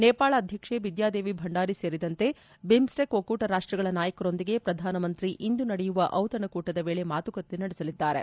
ನೇಪಾಳ ಅಧ್ಯಕ್ಷೆ ಬಿದ್ದಾದೇವಿ ಭಂಡಾರಿ ಸೇರಿದಂತೆ ಬಿಮ್ಸ್ಟೆಕ್ ಒಕ್ಕೂಟ ರಾಷ್ಟ ಗಳ ನಾಯಕರೊಂದಿಗೆ ಪ್ರಧಾನಮಂತ್ರಿ ಇಂದು ನಡೆಯುವ ಡಿತಣಾಕೂಟದ ವೇಳೆ ಮಾತುಕತೆ ನಡೆಸಲಿದ್ದಾರೆ